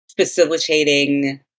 facilitating